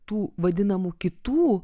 tų vadinamų kitų